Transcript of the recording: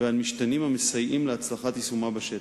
ועל משתנים המסייעים להצלחת יישומה המלא בשטח.